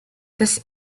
this